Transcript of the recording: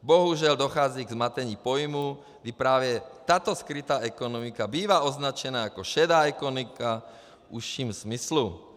Bohužel dochází ke zmatení pojmů, kdy právě tato skrytá ekonomika bývá označena jako šedá ekonomika v užším smyslu.